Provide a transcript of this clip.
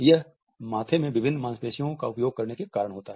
यह माथे में विभिन्न मांसपेशियों का उपयोग करने के कारण होता है